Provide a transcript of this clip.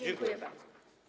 Dziękuję bardzo.